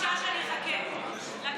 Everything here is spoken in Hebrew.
ביקשה שאני אחכה לקלינאית.